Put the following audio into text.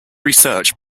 research